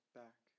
back